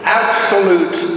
absolute